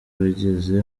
bageze